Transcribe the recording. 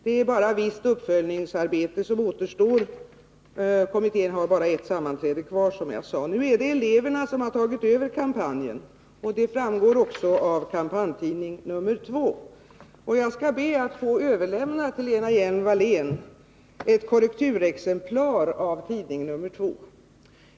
Det är bara visst uppföljningsarbete som återstår. Kommittén har bara ett sammanträde kvar, som jag nämnde. Nu är det eleverna som har tagit över kampanjen. Det framgår också av Kampanjtidning, nr 2. Jag skall be att till Lena Hjelm-Wallén få överlämna ett korrekturexemplar av nr 2 av tidningen.